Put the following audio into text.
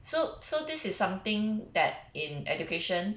so so this is something that in education